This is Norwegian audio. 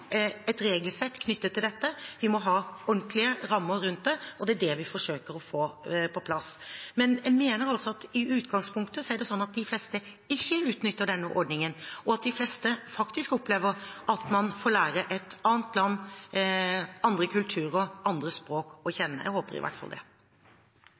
et regelsett knyttet til dette. Vi må ha ordentlige rammer rundt det, og det er det vi forsøker å få på plass. Men jeg mener at i utgangspunktet er det slik at de fleste ikke utnytter denne ordningen, og at de fleste au pairer faktisk opplever at man får lære et annet land, andre kulturer, andre språk å